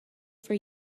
for